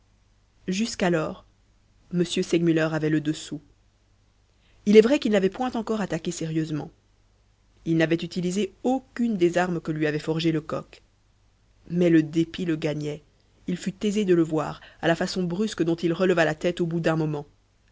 jusqu'alors m segmuller avait le dessous il est vrai qu'il n'avait point encore attaqué sérieusement il n'avait utilisé aucune des armes que lui avait forgées lecoq mais le dépit le gagnait il fut aisé de le voir à la façon brusque dont il releva la tête au bout d'un moment